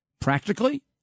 practically